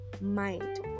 mind